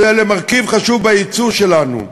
שהן מרכיב חשוב ביצוא שלנו.